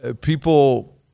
people